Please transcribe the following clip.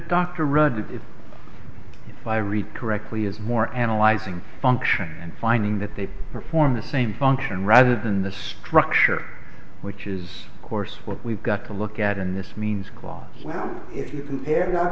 rugby if i read correctly is more analyzing function and finding that they perform the same function rather than the structure which is of course what we've got to look at and this means claude if you compare th